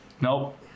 Nope